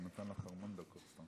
שנתן לך המון דקות.